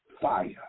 fire